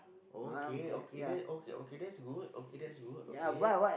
okay okay that okay okay that's good okay that's good okay